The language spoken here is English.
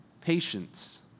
Patience